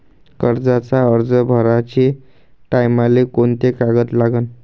कर्जाचा अर्ज भराचे टायमाले कोंते कागद लागन?